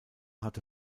hatte